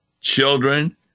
children